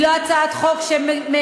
היא לא הצעת חוק שמביאה,